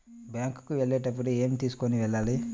Bank కు వెళ్ళేటప్పుడు ఏమి తీసుకొని వెళ్ళాలి?